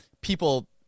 people